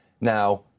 Now